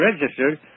registered